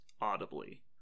audibly